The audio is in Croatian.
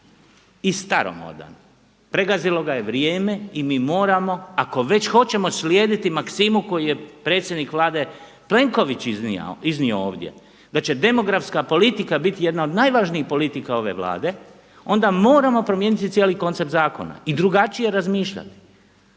i staromodan, pregazilo ga je vrijeme i mi moramo ako već hoćemo slijediti maksimu koju je predsjednik Vlade Plenković iznio ovdje da će demografska politika biti jedna od najvažnijih politika ove Vlade onda moramo promijeniti cijeli koncept zakona i drugačije razmišljati.